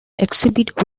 exhibit